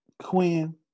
Quinn